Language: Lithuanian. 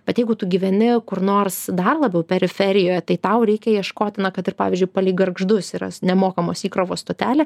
bet jeigu tu gyveni kur nors dar labiau periferijoje tai tau reikia ieškoti na kad ir pavyzdžiui palei gargždus yra nemokamos įkrovos stotelė